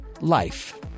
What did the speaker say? life